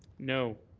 no.